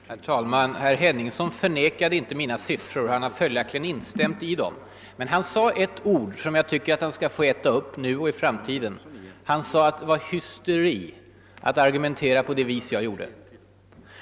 Herr talman! Herr Henningsson förnekade inte riktigheten av mina siffror — han har följaktligen instämt i dem. Men han använde ett ord som jag tycker att han skall få äta upp nu och i framtiden. Han sade att det var »hysteri» att argumentera på det vis som jag gjort.